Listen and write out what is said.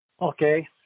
Okay